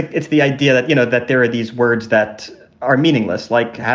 it's the idea that, you know, that there are these words that are meaningless, like,